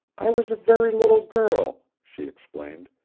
i was a very little girl, she explained,